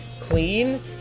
clean